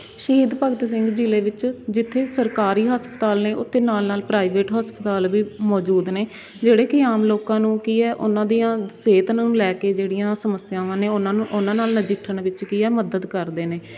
ਸ਼ਹੀਦ ਭਗਤ ਸਿੰਘ ਜ਼ਿਲ੍ਹੇ ਵਿੱਚ ਜਿੱਥੇ ਸਰਕਾਰੀ ਹਸਪਤਾਲ ਨੇ ਉੱਥੇ ਨਾਲ ਨਾਲ ਪ੍ਰਾਈਵੇਟ ਹਸਪਤਾਲ ਵੀ ਮੌਜੂਦ ਨੇ ਜਿਹੜੇ ਕਿ ਆਮ ਲੋਕਾਂ ਨੂੰ ਕੀ ਹੈ ਉਹਨਾਂ ਦੀਆਂ ਸਿਹਤ ਨੂੰ ਲੈ ਕੇ ਜਿਹੜੀਆਂ ਸਮੱਸਿਆਵਾਂ ਨੇ ਉਹਨਾਂ ਨੂੰ ਉਹਨਾਂ ਨਾਲ ਨਜਿੱਠਣ ਵਿੱਚ ਕੀ ਹੈ ਮੱਦਦ ਕਰਦੇ ਨੇ